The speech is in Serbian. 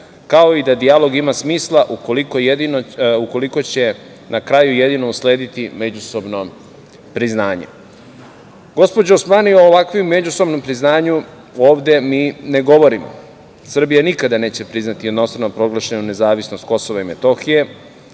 kao i da dijalog ima smisla ukoliko će na kraju jedino uslediti međusobno priznanje. Gospođo Osmani, o ovakvom međusobnom priznanju mi ovde ne govorimo. Srbija nikada neće priznati jednostrano proglašenu nezavisnost KiM, Srbija